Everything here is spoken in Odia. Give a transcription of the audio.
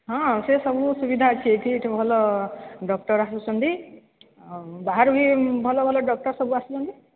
ହଁ ସେ ସବୁ ସୁବିଧା ଅଛି ଏଠି ଏଠି ଭଲ ଡକ୍ଟର ଆସୁଛନ୍ତି ଆଉ ବାହାରୁ ବି ଭଲ ଭଲ ଡକ୍ଟର ସବୁ ଆସୁଛନ୍ତି